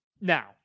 now